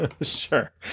Sure